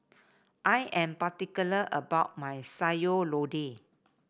I am particular about my Sayur Lodeh